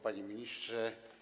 Panie Ministrze!